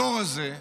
הדור הזה,